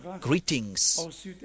greetings